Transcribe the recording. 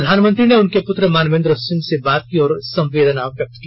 प्रधानमंत्री ने उनके पुत्र मानवेंद्र सिंह से बात की और संवेदना व्यक्त की